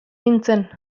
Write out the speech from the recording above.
nintzen